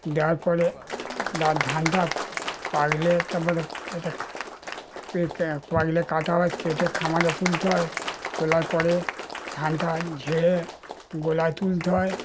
দেওয়ার পরে দা ধানটা পাকলে তার পরে এটা পেকে পাকলে কাটা হয় কেটে খামারে তুলতে হয় তোলার পরে ধানটা ঝেড়ে গোলায় তুলতে হয়